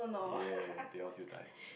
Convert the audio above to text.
yeah teh-O siew-dai